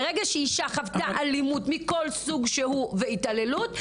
חוותה אלימות מכל סוג שהוא והתעלוות,